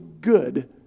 good